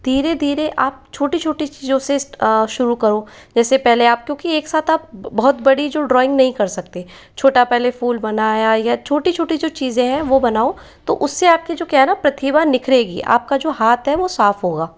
धीरे धीरे आप छोटी छोटी चीज़ों से शुरू करो जैसे पहले आप क्योंकि एक साथ आप बहुत बड़ी जो ड्राइंग नहीं कर सकते हैं छोटा पहले फूल बनाया या छोटी छोटी जो चीज़ें हैं वो बनाओ तो उसे आप की जो क्या है ना प्रतिभा निखरेगी आप का जो हाथ है वो साफ़ होगा